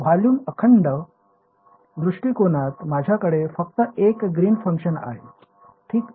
volume अखंड दृष्टिकोनात माझ्याकडे फक्त एक ग्रीन फंक्शन आहे ठीक